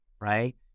right